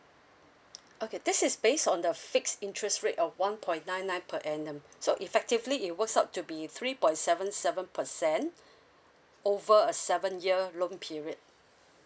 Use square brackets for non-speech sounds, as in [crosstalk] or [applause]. [noise] okay this is based on the fixed interest rate of one point nine nine per annum [breath] so effectively it works out to be three point seven seven percent [breath] over a seven year loan period